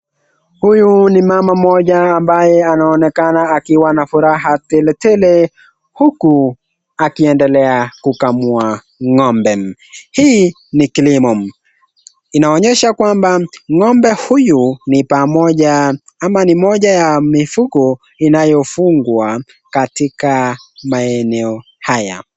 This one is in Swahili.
Huyu ni mama ambaye anaonekana akiwa na furaha teletele huku akiendelea kukamua ngombe hii ni kilimo inaonyesha kwamba ngombe huyu ni pamoja na mifuko inayofungwa na katika maeneo haya.